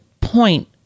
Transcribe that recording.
point